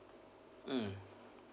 mm